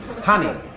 Honey